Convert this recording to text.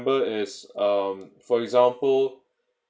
is um for example